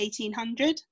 1800